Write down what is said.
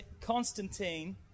Constantine